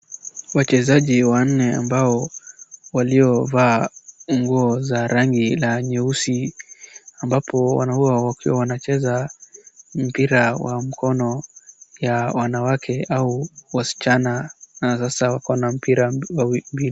Wachezaji wanne ambao waliovaa nguo za rangi la nyeusi ambapo huwa wakiwa wanacheza mpira ya mkono ya wanawake au wasichana na sasa wako na mpira mbili.